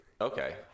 Okay